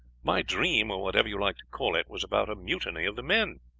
my dream, or whatever you like to call it, was about a mutiny of the men